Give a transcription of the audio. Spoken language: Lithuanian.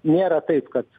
nėra taip kad